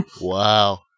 wow